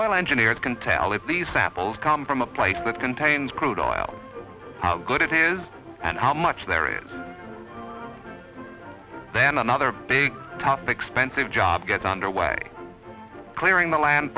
oil engineers can tell if these samples come from a place that contains crude oil how good it is and how much there is then another big top expensive job gets underway clearing the land